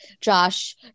Josh